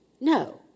No